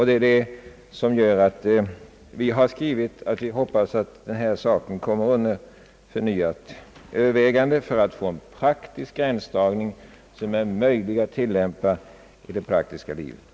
Det är detta som gjort att vi skrivit att vi hoppas att denna fråga kommer under förnyat övervägande för att man skall få en gränsdragning som är möjlig att tillämpa i det praktiska livet.